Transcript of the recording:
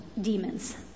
demons